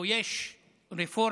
או יש רפורמה,